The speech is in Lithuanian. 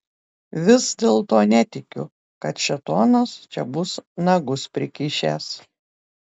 vis dėlto netikiu kad šėtonas čia bus nagus prikišęs